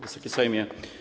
Wysoki Sejmie!